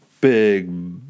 big